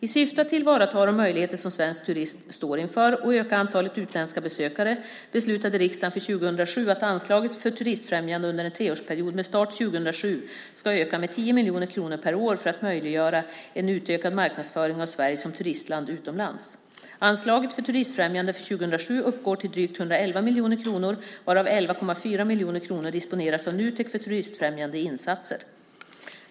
I syfte att tillvarata de möjligheter som svensk turism står inför och öka antalet utländska besökare beslutade riksdagen för 2007 att anslaget för turistfrämjande under en treårsperiod, med start 2007, ska öka med 10 miljoner kronor per år för att möjliggöra en utökad marknadsföring av Sverige som turistland utomlands. Anslaget för turistfrämjande för 2007 uppgår till drygt 111 miljoner kronor, varav 11,4 miljoner kronor disponeras av Nutek för turistfrämjande insatser.